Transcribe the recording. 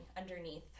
underneath